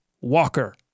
Walker